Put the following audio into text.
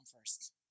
first